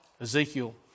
Ezekiel